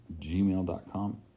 gmail.com